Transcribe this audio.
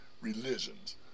Religions